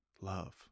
love